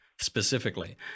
specifically